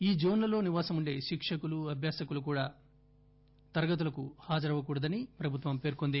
ఈ జోన్లలో నివాసం ఉండే శిక్షకులు అభ్యాసకులు కూడా తరగతులకు హాజరవకూడదని పేర్కొంది